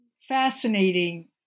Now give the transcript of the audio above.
fascinating